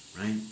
right